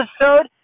episode